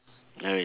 not really